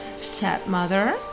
stepmother